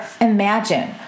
imagine